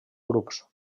grups